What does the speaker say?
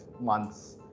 months